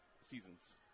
seasons